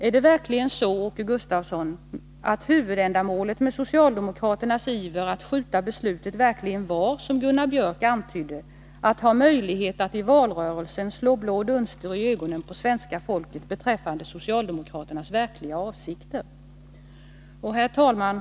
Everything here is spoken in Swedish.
Är det verkligen så, Åke Gustavsson, att huvudändamålet med socialdemokraternas iver att skjuta på beslutet verkligen var, som Gunnar Björk antydde, att få möjlighet att i valrörelsen slå blå dunster i ögonen på svenska folket beträffande socialdemokraternas verkliga avsikter? Herr talman!